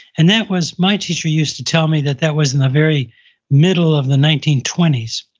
and that was, my teacher used to tell me that that was in the very middle of the nineteen twenty s.